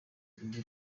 ibyo